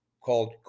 called